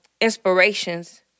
inspirations